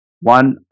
one